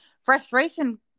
frustration